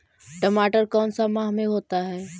टमाटर कौन सा माह में होता है?